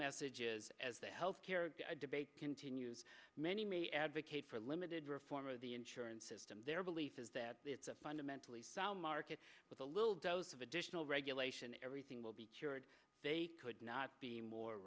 message is as the health care debate continues many may advocate for limited reform of the insurance system their belief is that the it's a fundamentally sound market with a little dose of additional regulation everything will be cured they could not be more